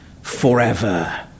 forever